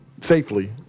safely